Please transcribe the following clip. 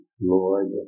Lord